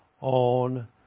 on